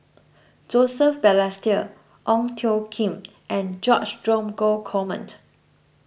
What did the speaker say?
Joseph Balestier Ong Tjoe Kim and George Dromgold command